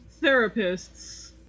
therapists